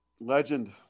legend